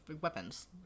weapons